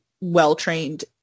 well-trained